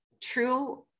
true